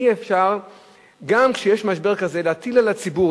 אי-אפשר גם כשיש משבר כזה להטיל על הציבור